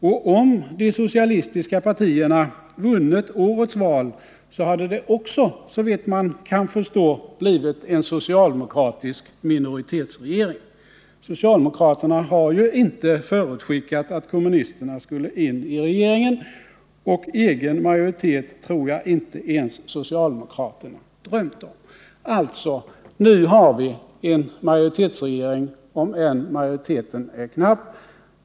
Och om de socialistiska partierna hade vunnit årets val hade det också, såvitt man kan förstå, blivit en socialdemokratisk minoritetsregering — socialdemokraterna har ju inte förutskickat att kommunisterna skulle in i regeringen, och någon egen majoritet tror jag inte ens att socialdemokraterna själva hade drömt om. Alltså: nu har vi en majoritetsregering, om än majoriteten är knapp.